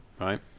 Right